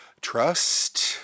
Trust